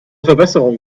verbesserung